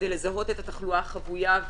כדי לזהות את התחלואה החבויה,